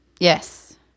Yes